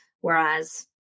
Whereas